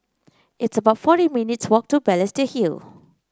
it's about forty minutes' walk to Balestier Hill